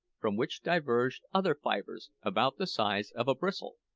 from which diverged other fibres, about the size of a bristle.